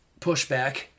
pushback